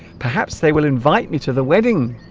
perhaps they will invite me to the wedding